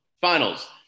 finals